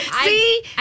See